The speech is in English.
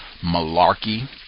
malarkey